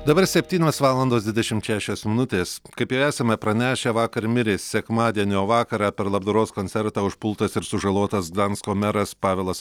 dabar septynios valandos dvidešimt šešios minutės kaip ir esame pranešę vakar mirė sekmadienio vakarą per labdaros koncertą užpultas ir sužalotas gdansko meras pavelas